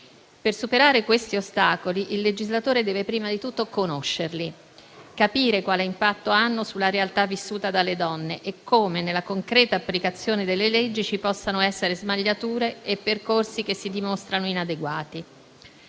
Per superare questi ostacoli, il legislatore deve prima di tutto conoscerli, capire quale impatto hanno sulla realtà vissuta dalle donne e come, nella concreta applicazione delle leggi, ci possano essere smagliature e percorsi che si dimostrano inadeguati.